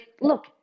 look